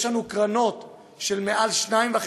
יש לנו קרנות של מעל 2.5